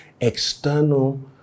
external